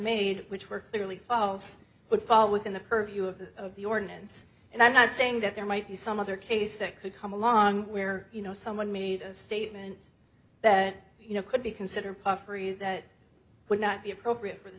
made which were clearly false would fall within the purview of the of the ordinance and i'm not saying that there might be some other case that could come along where you know someone made statement that you know could be considered property that would not be appropriate for the